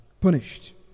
punished